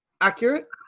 accurate